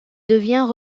devient